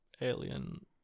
alien